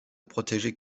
protéger